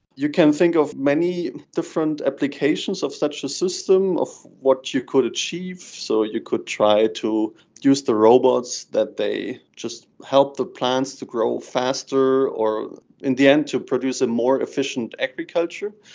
you can think of many different applications of such a system of what you could achieve, so you could try to use the robots that they just help the plants to grow faster or in the end to produce a more efficient agriculture.